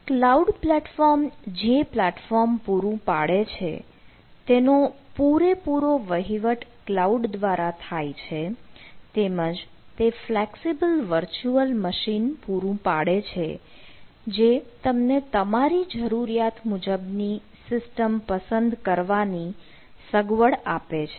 cloud platform જે platform પૂરું પાડે છે તેનો પૂરેપૂરો વહીવટ ક્લાઉડ દ્વારા થાય છે તેમજ તે ફ્લેક્સિબલ વર્ચુઅલ મશીન પૂરું પાડે છે જે તમને તમારી જરૂરિયાત મુજબ ની સિસ્ટમ પસંદ કરવાની સગવડ આપે છે